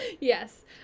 Yes